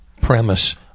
premise